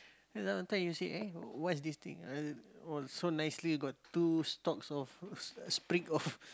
sometime you see eh what's this thing ah oh so nicely got two stalks of of